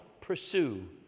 pursue